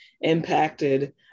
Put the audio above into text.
impacted